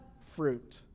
fruit